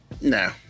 No